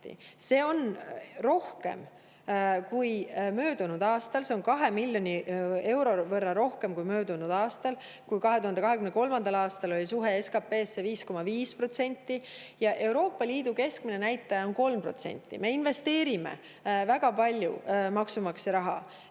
Seda on rohkem kui möödunud aastal, seda on 2 miljoni euro võrra rohkem kui möödunud aastal. 2023. aastal oli suhe SKP‑sse 5,5%. Euroopa Liidu keskmine näitaja on 3%. Me investeerime väga palju maksumaksja raha,